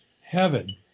heaven